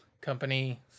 company